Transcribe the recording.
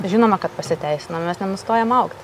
žinoma kad pasiteisino mes nenustojam augt